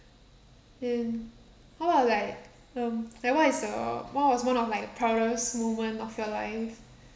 and how about like um like what is your one was one of like proudest moment of your life